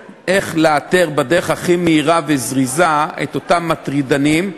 לאתר בדרך הכי מהירה וזריזה את אותם מטרידנים,